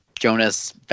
Jonas